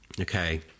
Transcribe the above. Okay